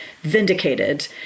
vindicated